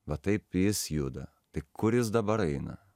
va taip jis juda tai kur jis dabar eina